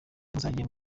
muzajye